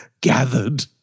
gathered